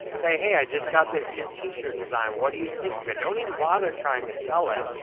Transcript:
say, hey, i just got this new t-shirt design. what do you think of it? don't even bother trying to sell it.